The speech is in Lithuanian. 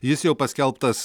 jis jau paskelbtas